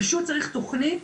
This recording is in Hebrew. פשוט צריך תכנית,